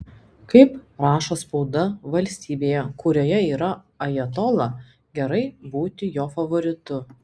kaip rašo spauda valstybėje kurioje yra ajatola gerai būti jo favoritu